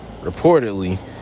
reportedly